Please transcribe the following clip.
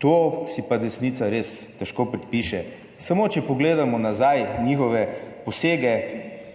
To si pa desnica res težko predpiše, samo, če pogledamo nazaj njihove posege,